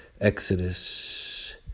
Exodus